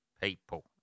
people